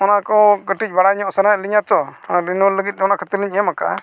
ᱚᱱᱟᱠᱚ ᱠᱟᱹᱴᱤᱡ ᱵᱟᱲᱟᱭ ᱧᱚᱜ ᱥᱟᱱᱟᱭᱮᱫ ᱞᱤᱧᱟᱹ ᱛᱳ ᱚᱱᱟ ᱞᱟᱹᱜᱤᱫ ᱚᱱᱟ ᱠᱷᱟᱹᱛᱤᱨ ᱞᱤᱧ ᱮᱢᱟᱠᱟᱫᱼᱟ